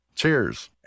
Cheers